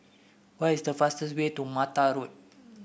what is the fastest way to Mata Road